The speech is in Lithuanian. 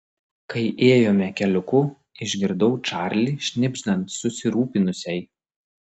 kai ėjome keliuku išgirdau čarlį šnibždant susirūpinusiai